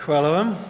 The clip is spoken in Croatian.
Hvala vam.